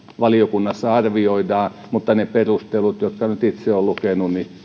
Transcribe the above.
valiokunnassa arvioidaan mutta ne perustelut jotka nyt itse olen lukenut